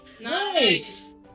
Nice